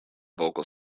vocal